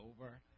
over